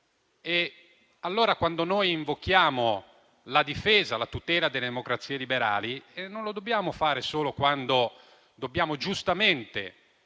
internazionale. Noi invochiamo la difesa e la tutela delle democrazie liberali, ma non lo dobbiamo fare solo quando dobbiamo giustamente